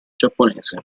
giapponese